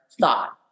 thought